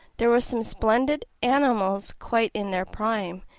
there were some splendid animals quite in their prime,